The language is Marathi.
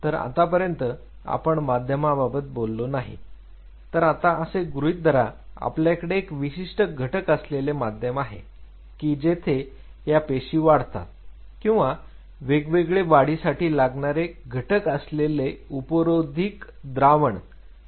तर आतापर्यंत आपण माध्यमाबाबत बोललो नाही तर आता असे गृहीत धरा आपल्याकडे एक विशिष्ट घटक असलेले माध्यम आहे की जेथे या पेशी वाढतात किंवा वेगवेगळे वाढीसाठी लागणारे घटक असलेले उपरोधिक द्रावण आहे